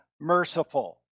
merciful